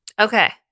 Okay